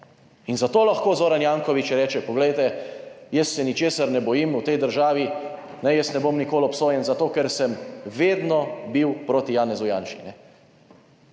In zato lahko Zoran Janković reče, poglejte jaz se ničesar ne bojim v tej državi, jaz ne bom nikoli obsojen zato, ker sem vedno bil proti Janezu Janši.